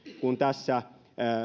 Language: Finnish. kuin tässä